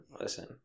Listen